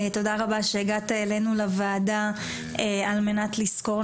תודה רבה שהגעת אליך לוועדה על מנת לסקור.